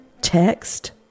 text